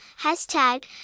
hashtag